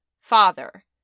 father